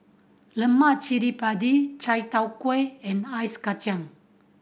lemak cili padi Chai Tow Kuay and Ice Kachang